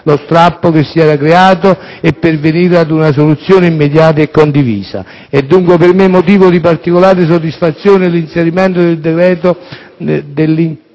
lo strappo che si era creato e pervenire a una soluzione immediata e condivisa. È dunque per me motivo di particolare soddisfazione l'inserimento nel decreto dell'intesa